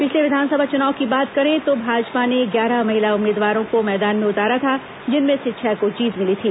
पिछले विधानसभा चुनाव की बात करें तो भाजपा ने ग्यारह महिला उम्मीदवारों को मैदान में उतारा था जिनमें से छह को जीत मिली थी